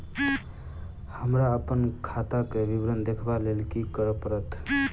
हमरा अप्पन खाताक विवरण देखबा लेल की करऽ पड़त?